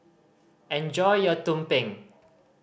enjoy your tumpeng